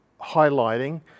highlighting